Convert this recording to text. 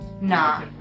Nah